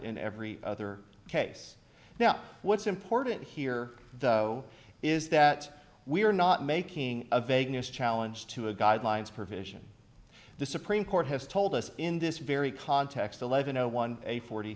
in every other case now what's important here though is that we are not making a vagueness challenge to a guidelines provision the supreme court has told us in this very context eleven zero one a forty